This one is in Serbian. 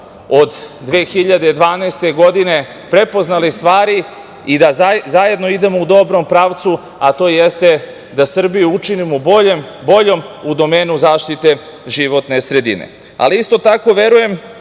od 2012. godine prepoznali stvari i da zajedno idemo u dobrom pravcu, a to jeste da Srbiju učinimo boljom u domenu zaštite životne sredine. Isto tako verujem